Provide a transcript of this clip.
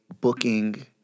booking